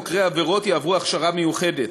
חוקרי עבירות מין יעברו הכשרה מיוחדת.